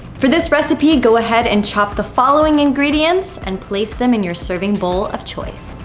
for this recipe, go ahead and chop the following ingredients, and place them in your serving bowl of choice.